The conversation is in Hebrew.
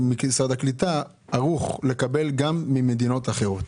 האם משרד הקליטה ערוך לקבל גם ממדינות אחרות?